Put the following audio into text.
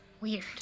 weird